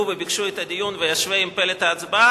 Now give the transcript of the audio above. וביקשו את הדיון וישווה עם פלט ההצבעה,